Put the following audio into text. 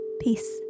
peace